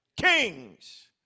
Kings